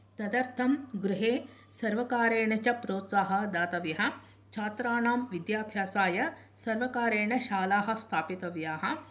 तदर्थं गृहे सर्वकारेण च प्रोत्साहः दातव्यः छात्राणां विद्याभ्यासाय सर्वकारेण शालाः स्थापितव्याः